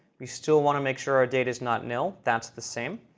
we still want to make sure our data is not nil. that's the same.